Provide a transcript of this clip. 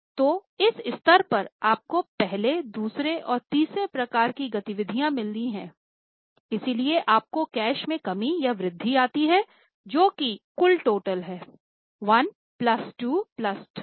तो इस स्तर पर आपको पहले दूसरे और तीसरे प्रकार की गतिविधियाँ मिली हैं इसलिए आपको कैश में कमी या वृद्धि आती है जो कि कुल टोटल है 1 प्लस 2 प्लस 3 का